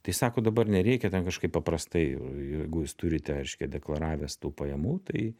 tai sako dabar nereikia ten kažkaip paprastai jeigu jūs turite reiškia deklaravęs tų pajamų tai